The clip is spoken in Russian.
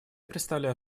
предоставляю